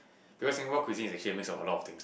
because Singapore cuisine is actually mix of a lot of things